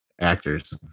actors